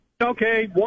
okay